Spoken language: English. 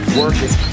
working